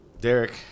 Derek